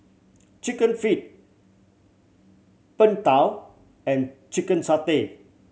Chicken Feet Png Tao and chicken satay